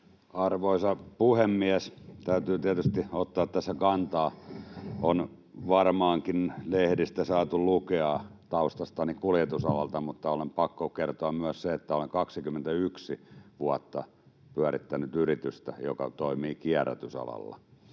Arvoisa puhemies! Täytyy tietysti ottaa tässä kantaa. On varmaankin lehdistä saatu lukea taustastani kuljetusalalta, mutta on pakko kertoa myös se, että olen 21 vuotta pyörittänyt yritystä, joka toimii kierrätysalalla.